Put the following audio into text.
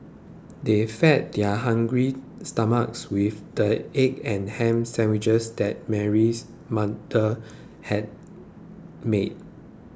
they fed their hungry stomachs with the egg and ham sandwiches that Mary's mother had made